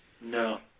No